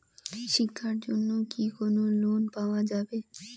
শিক্ষার জন্যে কি কোনো লোন পাওয়া যাবে?